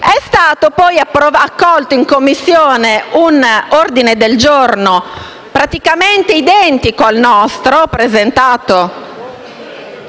È stato poi accolto in Commissione un ordine del giorno praticamente identico al nostro, presentato